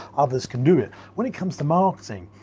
others can do it. when it comes to marketing,